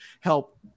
help